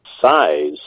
size